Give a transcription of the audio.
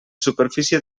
superfície